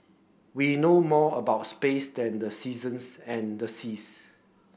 we know more about space than the seasons and the seas